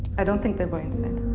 i don't think they but